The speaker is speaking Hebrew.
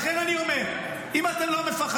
לכן אני אומר: אם אתם לא מפחדים,